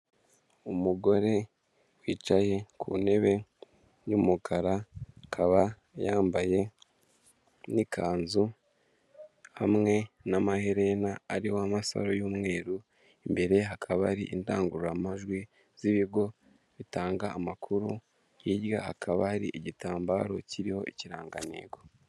Umugore wicaye ku ntebe y'umukara akaba yambaye n'ikanzu hamwe n'amaherena ariho amasaharo y'umweru, imbere ye hakaba ari indangururamajwi z'ibigo bitanga amakuru hirya hakaba hari igitambaro kiriho ikirangantego.